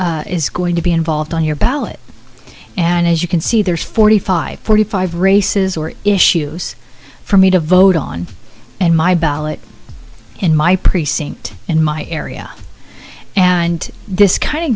that is going to be involved on your ballot and as you can see there's forty five forty five races or issues for me to vote on and my ballot in my precinct in my area and this kind